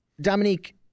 Dominique